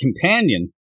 companion